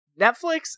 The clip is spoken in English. Netflix